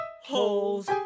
holes